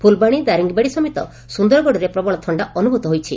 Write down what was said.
ଫ୍ଲବାଣୀ ଦାରିଙ୍ଗିବାଡ଼ି ସମେତ ସୁନ୍ଦରଗଡ଼ରେ ପ୍ବଳ ଥଣା ଅନୁଭ୍ତ ହୋଇଛି